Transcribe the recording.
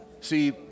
See